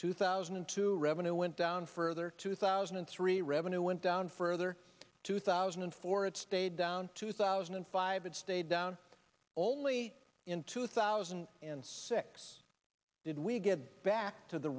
two thousand and two revenue went down further two thousand and three revenue went down further two thousand and four it stayed down two thousand and five it stayed down only in two thousand and six did we get back to the